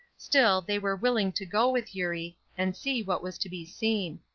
still, they were willing to go with eurie, and see what was to be seen.